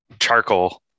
charcoal